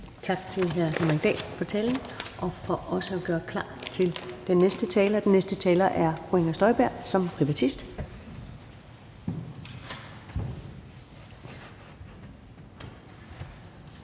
Tak til hr. Henrik Dahl for talen og også for at gøre klar til den næste taler, som er fru Inger Støjberg som privatist.